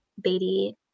Beatty